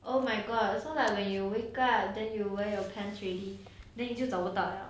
oh my god so like when you wake up then you wear your pant already then 你就找个不到 ah